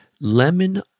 Lemon